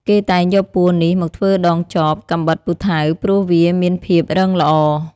គេតែងយកពួរនេះមកធ្វើដងចប កាំបិត ពូថៅ... ព្រោះវាមានភាពរឹងល្អ។